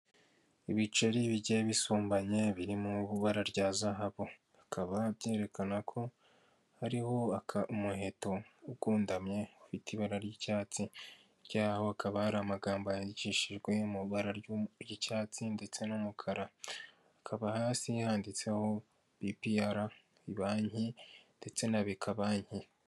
Ibiceri bigiye bisumbanya biri mu ibara rya zahabu bikaba byerekana ko hariho umuheto ugondamye ufite ibara ry'icyatsi, hirya yaho hakaba hari amagambo yanyikishijwe mu ibara ry'icyatsi, ndetse n'umukara akaba hasi yanditseho Bipiyara banki ndetse na Beka banki.